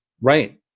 Right